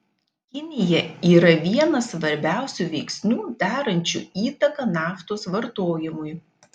kinija yra vienas svarbiausių veiksnių darančių įtaką naftos vartojimui